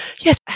yes